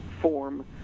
form